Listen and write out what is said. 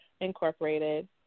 Incorporated